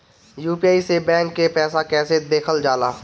UPI से bank के पैसा कैसे देखल जाला?